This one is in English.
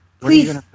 please